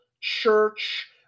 church